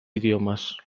idiomes